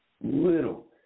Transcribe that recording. little